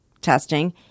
testing